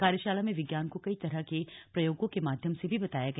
कार्यशाला में विज्ञान को कई तरह के प्रयोगों के माध्यम से भी बताया गया